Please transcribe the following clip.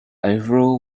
overall